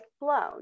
blown